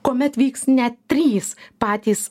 kuomet vyks net trys patys